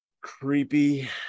creepy